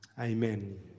Amen